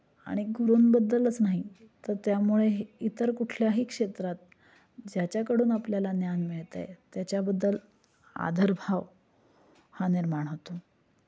आणि गुरूंबद्दलच नाही तर त्यामुळे हे इतर कुठल्याही क्षेत्रात ज्याच्याकडून आपल्याला ज्ञान मिळतं आहे त्याच्याबद्दल आदरभाव हा निर्माण होतो